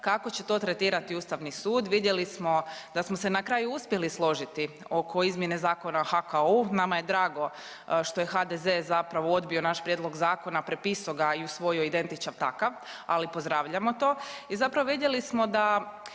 kako će to tretirati Ustavni sud. Vidjeli smo da smo se na kraju uspjeli složiti oko izmjene Zakona o HKU. Nama je drago što je HDZ zapravo odbio naš prijedlog zakona, prepisao ga i usvojio identičan takav ali pozdravljamo to. I zapravo vidjeli smo da